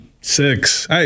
Six